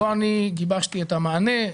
לא אני גיבשתי את המענה.